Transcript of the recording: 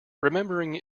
remembering